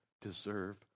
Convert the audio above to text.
deserve